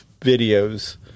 videos